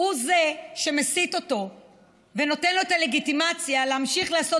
הוא שמסית אותו ונותן לו את הלגיטימציה להמשיך לעשות